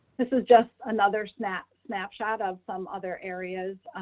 this is just another snap snapshot of some other areas.